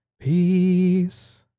Peace